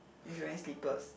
and she wearing slippers